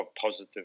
positive